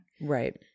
Right